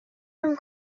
from